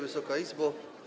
Wysoka Izbo!